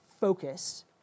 focus